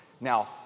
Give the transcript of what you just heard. Now